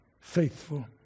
faithful